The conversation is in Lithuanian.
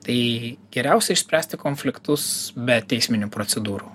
tai geriausia išspręsti konfliktus be teisminių procedūrų